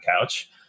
couch